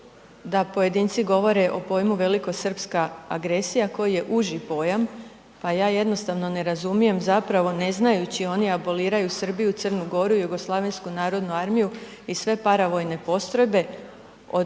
da pojedinci govore o pojmu velikosrpska agresija koji je uži pojam pa ja jednostavno ne razumijem zapravo ne znajući oni aboliraju Srbiju, Crnu Goru, JNA i sve paravojne postrojbe